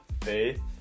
Faith